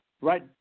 right